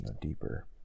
deeper